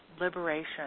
liberation